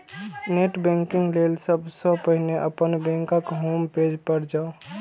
net banking लेल सबसं पहिने अपन बैंकक होम पेज पर जाउ